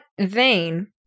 vein